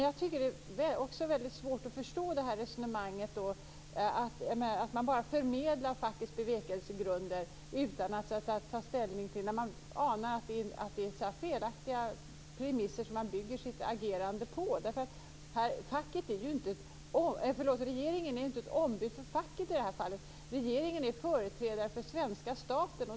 Jag tycker också att det är väldigt svårt att förstå resonemanget om att regeringen bara förmedlar fackets bevekelsegrunder utan att ta ställning till dem, trots att man anar att facket bygger sitt agerande på felaktiga premisser. Regeringen är inte ett ombud för facket i detta fall. Regeringen är företrädare för svenska staten.